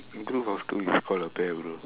in group of two is called a pair also